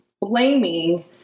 blaming